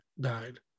died